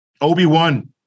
Obi-Wan